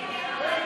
ההצעה